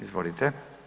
Izvolite.